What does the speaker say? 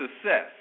success